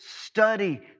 study